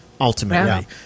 Ultimately